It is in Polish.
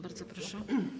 Bardzo proszę.